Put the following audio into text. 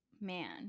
man